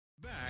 back